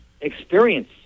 experience